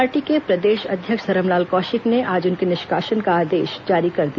party के प्रदेश अध्यक्ष धरमलाल कौशिक ने आज उनके निष्कासन का आदेश जारी कर दिया